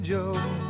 Joe